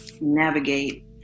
navigate